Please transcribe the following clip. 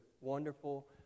wonderful